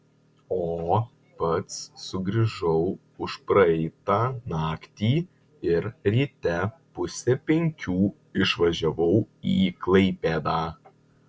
o pats sugrįžau užpraeitą naktį ir ryte pusę penkių išvažiavau į klaipėdą